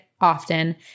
often